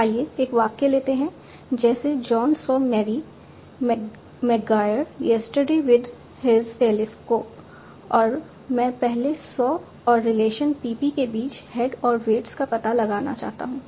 आइए एक वाक्य लेते हैं जैसे John saw Mary McGuire yesterday with his telescope और मैं पहले सॉ और रिलेशन pp के बीच हेड के वेट्स का पता लगाना चाहता हूं